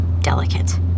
delicate